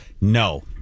No